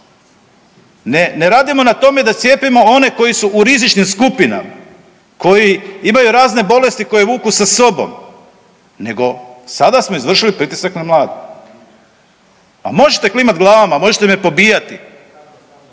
ne radimo na tome da cijepimo one koji su u rizičnim skupinama, koji imaju razne bolesti koje vuku sa sobom, nego sada smo izvršili pritisak na mlade. Pa možete klimat glavama, možete me pobijati.